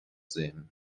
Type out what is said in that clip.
sehen